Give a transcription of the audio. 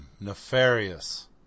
nefarious